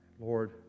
Lord